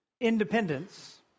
independence